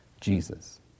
Jesus